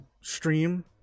stream